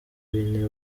w’intebe